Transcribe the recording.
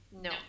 No